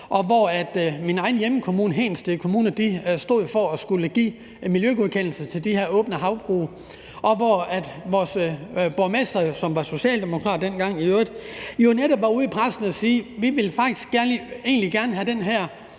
Kommune, stod for at skulle give miljøgodkendelse til de her åbne havbrug, og vores borgmester, som i øvrigt var socialdemokrat, var dengang jo netop ude i pressen og sige: Vi vil egentlig gerne have den her